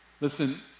Listen